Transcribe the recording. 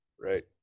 right